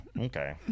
Okay